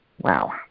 Wow